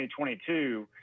2022